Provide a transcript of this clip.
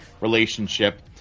relationship